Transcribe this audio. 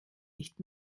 nicht